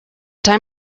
time